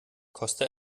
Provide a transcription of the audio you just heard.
koste